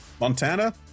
Montana